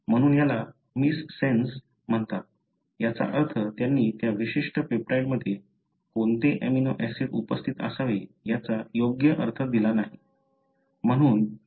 म्हणून याला मिससेन्स म्हणतात याचा अर्थ त्यांनी त्या विशिष्ट पेप्टाइडमध्ये कोणते अमिनो ऍसिड उपस्थित असावे याचा योग्य अर्थ दिला नाही